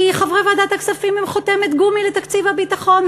כי חברי ועדת הכספים הם חותמת גומי לתקציב הביטחון.